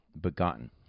begotten